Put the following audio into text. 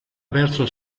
verso